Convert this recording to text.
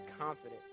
confident